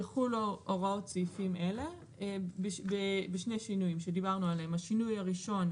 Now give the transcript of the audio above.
יחולו הוראות סעיפים אלה בשני שינויים עליהם דיברנו: השינוי הראשון